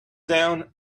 down